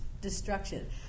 destruction